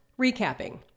Recapping